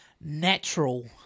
Natural